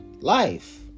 life